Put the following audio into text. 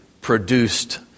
produced